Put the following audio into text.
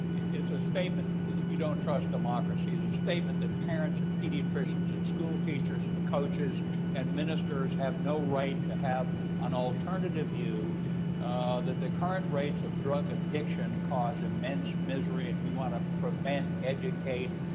it's a statement that you don't trust democracy, it's a statement that parents and pediatricians and school teachers and coaches and ministers have no right to have an alternative view that the current rates of drug addiction cause immense misery, and we want to prevent, educate,